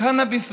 קנאביס רפואי.